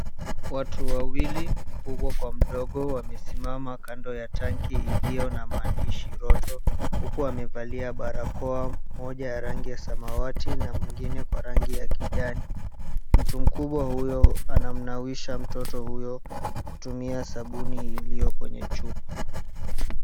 Watu wawili, mkubwa kwa mdogo, wamesimama kando ya tank iliyo na maandishi, Roto. Huku wamevalia barakoa, mmoja ya rangi ya samawati na mwingine kwa rangi ya kijani. Mtu mkubwa huyo anamnawisha mtoto huyo kutumia sabuni iliyo kwenye chupa.